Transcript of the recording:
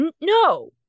no